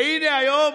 והינה, היום,